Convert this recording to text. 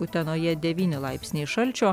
utenoje devyni laipsniai šalčio